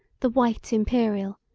the white imperial,